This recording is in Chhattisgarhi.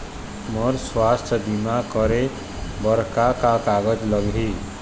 मोर स्वस्थ बीमा करे बर का का कागज लगही?